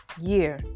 year